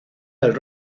del